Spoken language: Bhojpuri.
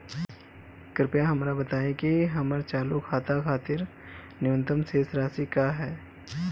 कृपया हमरा बताइं कि हमर चालू खाता खातिर न्यूनतम शेष राशि का ह